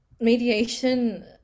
Mediation